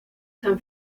san